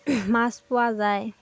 মাছ পোৱা যায়